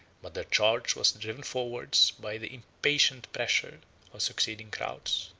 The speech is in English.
but their charge was driven forwards by the impatient pressure of succeeding crowds.